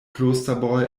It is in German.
klosterbräu